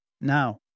Now